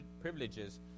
privileges